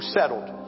settled